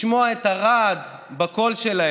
לשמוע את הרעד בקול שלהם,